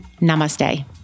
Namaste